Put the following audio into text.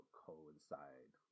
coincide